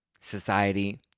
society